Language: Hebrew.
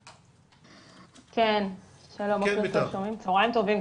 שלום, צהריים טובים.